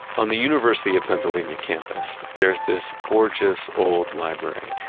on the university of pennsylvania campus, there's this gorgeous old library,